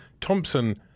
Thompson